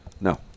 No